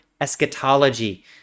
eschatology